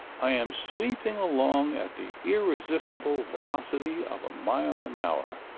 i am sweeping along at the irresistible velocity of a mile an hour,